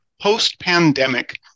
post-pandemic